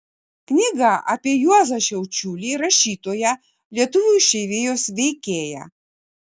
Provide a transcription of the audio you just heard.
knyga apie juozą šiaučiulį rašytoją lietuvių išeivijos veikėją